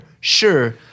sure